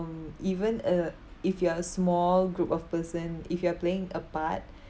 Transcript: um even uh if you are a small group of person if you are playing a part